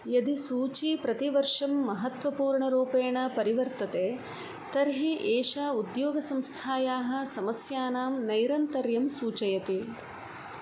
यदि सूची प्रतिवर्षं महत्वपूर्णरूपेण परिवर्तते तर्हि एषा उद्योगसंस्थायाः समस्यानां नैरन्तर्यं सूचयति